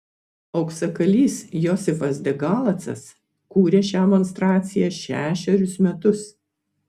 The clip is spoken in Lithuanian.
auksakalys josifas de galacas kūrė šią monstranciją šešerius metus